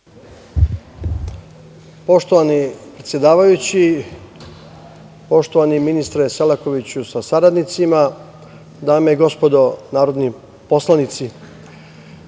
Poštovani predsedavajući, poštovani ministre Selakoviću sa saradnicima, dame i gospodo narodni poslanici,